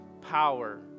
power